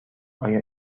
آیا